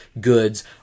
goods